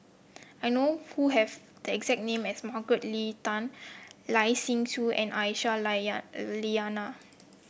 I know who have the exact name as Margaret Leng Tan Lai Siu Chiu and Aisyah Lyana